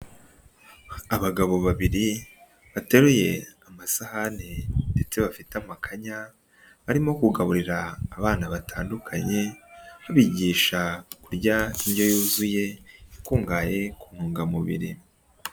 Abagabo babiri bateruye amasahani ndetse bafite amakanya, barimo kugaburira abana batandukanye, babigisha kurya indyo yuzuye ikungahaye ku ntungamubiri.